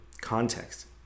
context